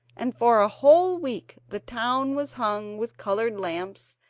and for a whole week the town was hung with coloured lamps,